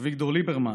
אביגדור ליברמן